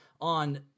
on